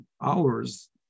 hours